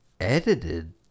edited